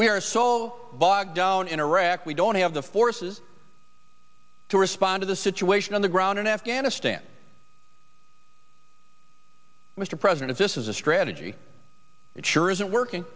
we are so bogged down in iraq we don't have the forces to respond to the situation on the ground in afghanistan mr president if this is a strategy it sure isn't working